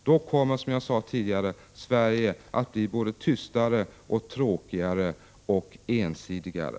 Då kommer, som jag sade tidigare, Sverige att bli tystare, tråkigare och ensidigare.